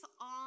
on